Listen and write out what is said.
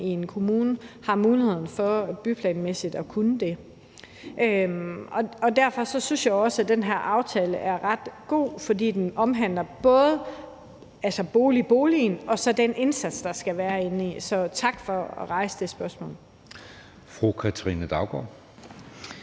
i en kommune har muligheden for byplanmæssigt at kunne det? Derfor synes jeg også, den her aftale er ret god. For den omhandler bådeboligen og så den indsats, der skal være indeni. Så tak for at rejse det spørgsmål.